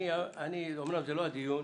זה לא הדיון.